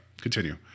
continue